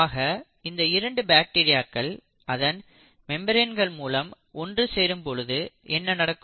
ஆக இந்த இரண்டு பாக்டீரியாக்கள் அதன் மெம்பிரன்கள் மூலம் ஒன்று சேரும் பொழுது என்ன நடக்கும்